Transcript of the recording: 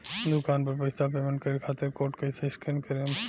दूकान पर पैसा पेमेंट करे खातिर कोड कैसे स्कैन करेम?